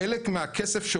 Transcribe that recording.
חלק מהכסף,